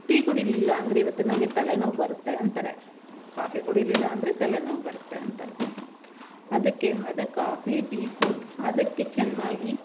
tea ಕುಡಿಲಿಲ್ಲಂದ್ರೆ ಇವತ್ತು ನನಗೆ ತಲೆನೋವು ಬರುತ್ತೆ ಅಂತಾರೆ ಕಾಫಿ ಕುಡಿಲಿಲ್ಲಂದ್ರೆ ತಲೆನೋವು ಬರುತ್ತೆ ಅಂತಾರೆ ಅದಕ್ಕೇನು ಮಾಡದೆ ಕಾಫಿ ಟೀ ಕೊಟ್ಟು ಅದಕ್ಕೆ ಚೆನ್ನಾಗಿ